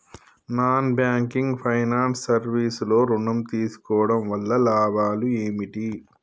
Non banking finance service లో ఋణం తీసుకోవడం వల్ల లాభాలు ఏమిటి?